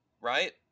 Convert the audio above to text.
Right